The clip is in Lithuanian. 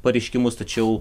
pareiškimus tačiau